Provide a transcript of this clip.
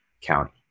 County